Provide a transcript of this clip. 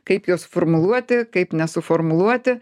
kaip juos formuluoti kaip nesuformuluoti